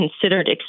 considered